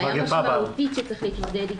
-- בעיה משמעותית שצריך להתמודד איתה,